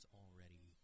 already